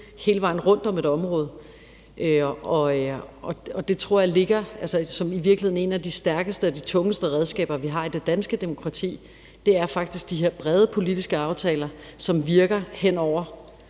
hele vejen rundt om et område, og jeg tror i virkeligheden, at et af de stærkeste og tungeste redskaber, vi har i det danske demokrati, faktisk er de her brede politiske aftaler, som nogle gange